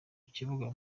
kibuga